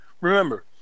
Remember